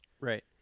Right